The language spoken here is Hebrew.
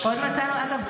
אגב,